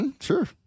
Sure